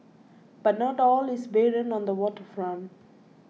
but not all is barren on the Water Front